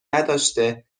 نداشته